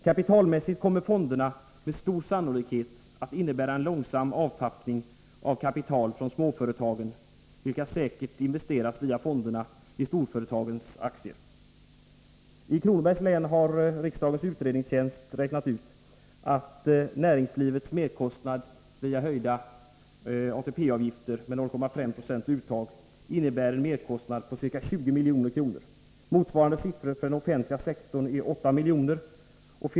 Kapitalmässigt kommer fonderna med stor sannolikhet att innebära en långsam avtappning av kapital från småföretagen, pengar som säkert via fonderna kommer att investeras i storföretagens aktier! Riksdagens utredningstjänst har räknat ut att näringslivet i Kronobergs län via höjda ATP-avgifter med 0,5 90 uttag får en merkostnad på ca 20 milj.kr. Motsvarande siffror för den offentliga sektorn är 8 miljoner.